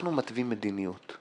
אנחנו מתווים מדיניות.